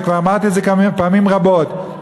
וכבר אמרתי את זה פעמים רבות,